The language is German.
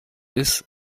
ist